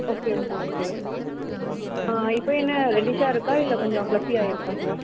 okay okay okay இப்போ என்ன ரெட்டிஷ்ஷாக இருக்கா இல்லை கொஞ்சம் ப்ளஃப்பியாகி இருக்கா சார்